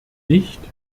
nicht